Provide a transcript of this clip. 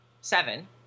seven